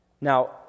Now